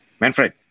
Manfred